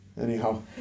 anyhow